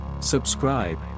Subscribe